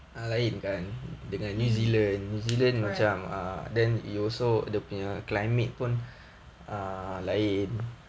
correct